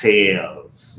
Tales